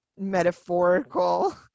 metaphorical